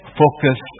focus